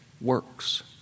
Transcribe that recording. works